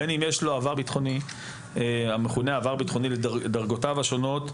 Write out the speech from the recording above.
בין אם יש לו עבר ביטחוני המכונה עבר ביטחוני לדרגותיו השונות,